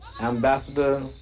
ambassador